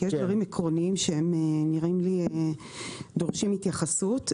כי יש דברים עקרוניים שדורשים התייחסות.